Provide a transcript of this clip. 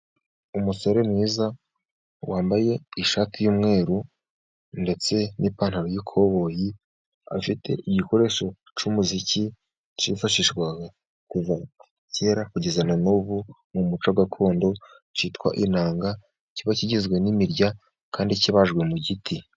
Umusore mwiza wambaye ishati y'umweru, ndetse n'ipantaro y'ikoboyi, afite igikoresho cy'umuziki cyifashishwaga kuva kera kugeza na n'ubu mu muco gakondo cyitwa inanga, kiba kigizwe n'imirya kandi kibajwe mu giti.